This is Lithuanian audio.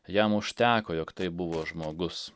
jam užteko jog tai buvo žmogus